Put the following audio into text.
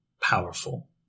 powerful